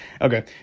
Okay